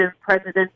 President